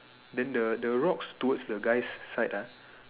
then the the rocks towards the guy's side ah